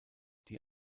die